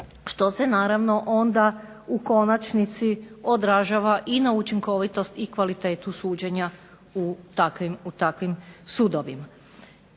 što se naravno onda u konačnici odražava i na učinkovitost i kvalitetu suđenja u takvim sudovima.